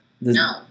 No